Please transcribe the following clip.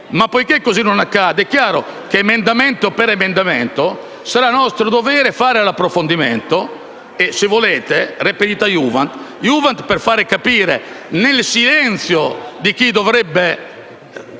poiché così non accade, è chiaro che emendamento per emendamento sarà nostro dovere fare l'approfondimento e, se volete, *repetita iuvant*, per farlo capire nel silenzio. Capisco